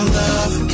love